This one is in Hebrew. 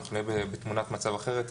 אנחנו נהיה בתמונת מצב אחרת,